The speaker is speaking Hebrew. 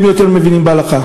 הם יותר מבינים בהלכה.